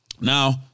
Now